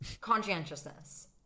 conscientiousness